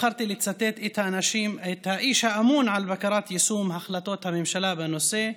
בחרתי לצטט את האיש האמון על בקרת יישום החלטות הממשלה בנושא,